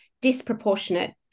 disproportionate